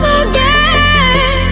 again